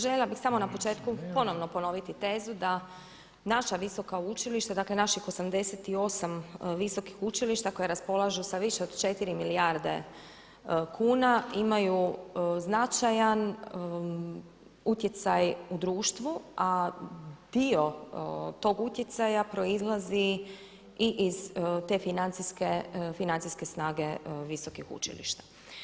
Željela bih samo na početku ponovno ponoviti tezu da naša visoka učilišta, dakle naših 88 visokih učilišta koja raspolažu sa više od 4 milijarde kuna imaju značajan utjecaj u društvu, a dio tog utjecaja proizlazi i iz te financijske snage visokih učilišta.